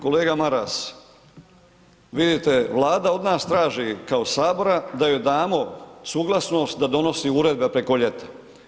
Kolega Maras, vidite Vlada od nas traži kao Sabora da joj damo suglasnost da donosi uredbe preko ljeta.